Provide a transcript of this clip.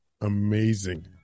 amazing